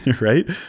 right